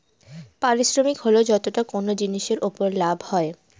পারিশ্রমিক হল যতটা কোনো জিনিসের উপর লাভ হয়